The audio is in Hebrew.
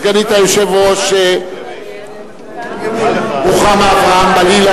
סגנית היושב-ראש רוחמה אברהם-בלילא,